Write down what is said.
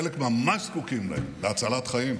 חלק ממש זקוקים להן להצלת חיים.